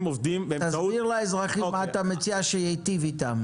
תסביר לאזרחים מה אתה מציע שייטיב איתם.